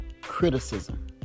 criticism